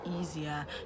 easier